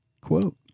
quote